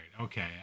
Okay